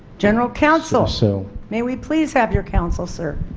general counsel? so may we please have your counsel sir?